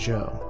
Joe